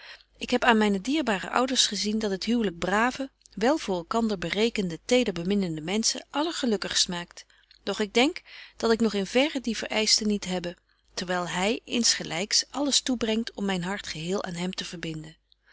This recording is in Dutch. ik heb aan myne dierbare ouders gezien dat het huwlyk brave wel voor elkander berekende tederbeminnende menschen allergelukkigst maakt doch ik denk dat ik nog in verre die verëischtens niet hebbe die er nodig zyn om een zegen voor myn man te zyn terwyl hy insgelyks alles toebrengt om myn hart geheel aan hem te verbinden